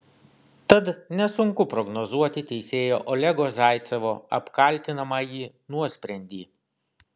tad nesunku prognozuoti teisėjo olego zaicevo apkaltinamąjį nuosprendį